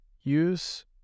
use